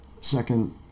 second